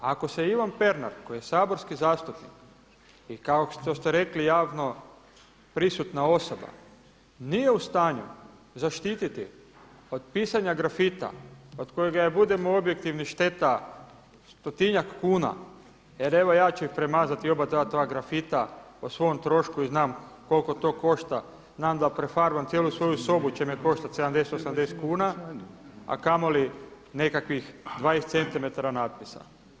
Ako se Ivan Pernar koji je saborski zastupnik i kao što ste rekli javno prisutna osoba nije u stanju zaštititi od pisanja grafita od kojega je budimo objektivni šteta stotinjak kuna jer evo ja ću premazati oba ta dva grafita o svom trošku u znam koliko to košta, znam da prefarbam cijelu svoju sobu će me koštati 70, 80 kuna, a kamoli nekakvih 20cm natpisa.